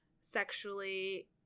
sexually